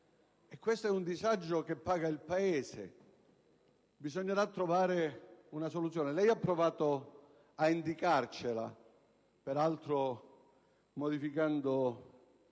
e questo è un disagio che paga il Paese: bisognerà trovare una soluzione. Lei ha provato a indicarcela, peraltro parlando